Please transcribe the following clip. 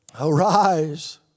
arise